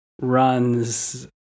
runs